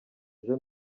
ejo